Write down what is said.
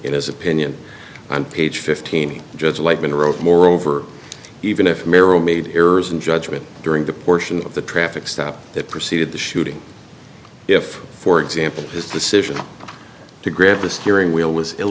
in his opinion on page fifteen judge lightman wrote moreover even if merrill made errors in judgment during the portion of the traffic stop that preceded the shooting if for example his decision to grab the steering wheel was ill